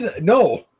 no